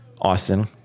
Austin